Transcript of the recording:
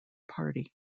party